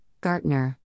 Gartner